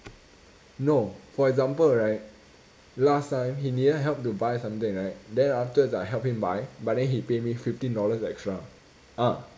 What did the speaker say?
no for example right last time he needed help to buy something right then afterwards I help him buy but then he pay me fifteen dollars extra ah